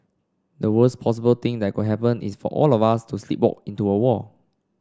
the worst possible thing that could happen is for us all to sleepwalk into a war